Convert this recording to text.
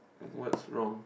what's wrong